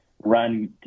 run